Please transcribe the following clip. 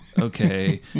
okay